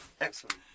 excellent